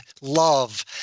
love